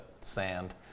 sand